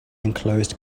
enclosed